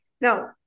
Now